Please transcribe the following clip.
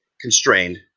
constrained